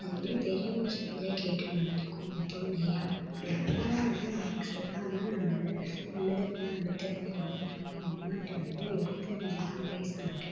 அது மாரி பெரியவங்க சொல்கிறத கேட்டு நடந்துக்கணும் இப்போ இல்லையா அம்மாவெலாம் வந்து நான் எனக்கு சொல்கிறாங்கனா நான் நல்ல நல்லதுக்குன்னுதான் எடுத்துப்பேன் எங்கள் அம்மா அம்மாகிட்ட வந்து எடுத்தெறிஞ்சுலாம் பேச மாட்டேன்